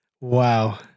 Wow